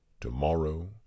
tomorrow